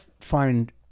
find